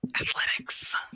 Athletics